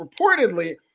reportedly